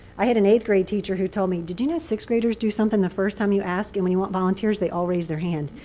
i had an eighth grade teacher who told me, did you know sixth graders do something the first time you ask? and when you want volunteers, they all raise their hand.